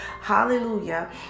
Hallelujah